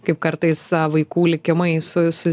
kaip kartais vaikų likimai su su